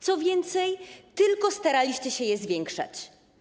Co więcej, tylko staraliście się ją zwiększać.